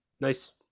nice